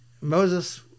Moses